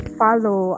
follow